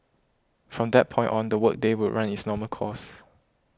from that point on the work day would run its normal course